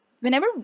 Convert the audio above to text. whenever